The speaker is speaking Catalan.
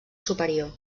superior